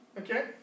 Okay